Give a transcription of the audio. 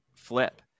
flip